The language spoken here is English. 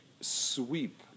sweep